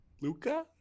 Luca